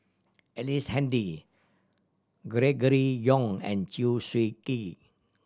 Ellice Handy Gregory Yong and Chew Swee Kee